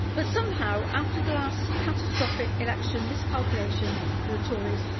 but, somehow, after the last catastrophic election miscalculation for the tories,